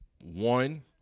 one